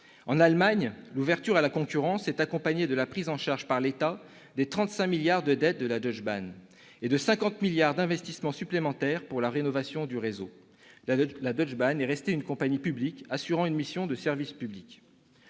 En Allemagne, l'ouverture à la concurrence s'est accompagnée de la prise en charge par l'État des 35 milliards de dette de la Deutsche Bahn et de 50 milliards d'investissements supplémentaires pour la rénovation du réseau. La Deutsche Bahn est restée une compagnie publique assurant une mission de service public.